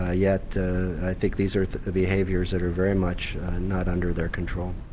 ah yet i think these are behaviours that are very much not under their control.